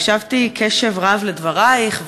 הקשבתי קשב רב לדברייך,